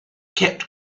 kept